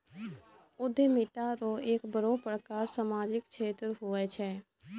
उद्यमिता रो एक बड़ो प्रकार सामाजिक क्षेत्र हुये छै